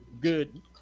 good